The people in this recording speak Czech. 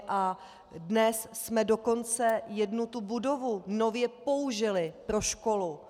A dnes jsme dokonce jednu tu budovu nově použili pro školu.